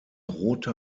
rote